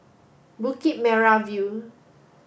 Bukit Merah View